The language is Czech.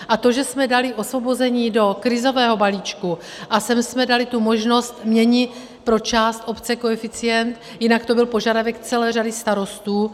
A to, že jsme dali osvobození do krizového balíčku a sem jsme dali tu možnost měnit pro část obce koeficient, jinak to byl požadavek celé řady starostů.